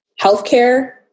healthcare